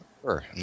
sure